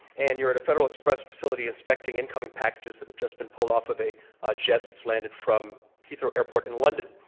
and you're in a federal express facility inspecting incoming packages that have just been pulled off of a ah jet that's landed from heathrow airport in london.